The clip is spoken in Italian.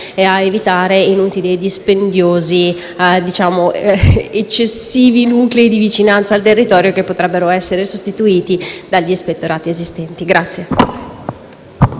evitando inutili, dispendiosi ed eccessivi nuclei di vicinanza al territorio che potrebbero essere sostituiti dagli ispettorati esistenti.